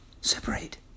Separate